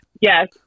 Yes